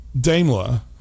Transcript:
Daimler